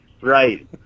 right